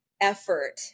effort